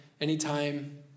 anytime